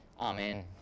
Amen